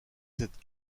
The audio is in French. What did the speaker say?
cette